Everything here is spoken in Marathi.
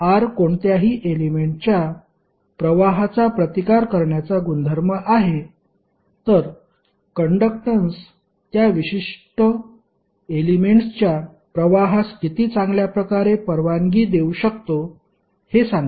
R कोणत्याही एलेमेंटच्या प्रवाहाचा प्रतिकार करण्याचा गुणधर्म आहे तर कंडक्टन्स त्या विशिष्ट एलेमेंट्सच्या प्रवाहास किती चांगल्या प्रकारे परवानगी देऊ शकतो हे सांगते